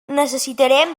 necessitarem